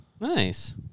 Nice